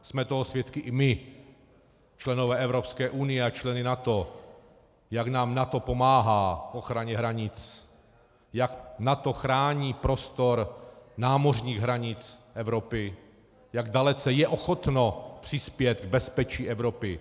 Jsme toho svědky i my, členové Evropské unie a členové NATO, jak nám NATO pomáhá k ochraně hranic, jak NATO chrání prostor námořních hranic Evropy, jak dalece je ochotno přispět k bezpečí Evropy.